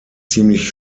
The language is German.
ziemlich